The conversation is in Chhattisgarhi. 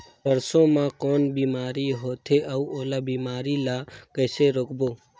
सरसो मा कौन बीमारी होथे अउ ओला बीमारी ला कइसे रोकबो?